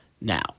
Now